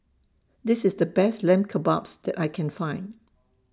This IS The Best Lamb Kebabs that I Can Find